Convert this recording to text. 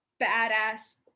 badass